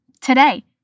today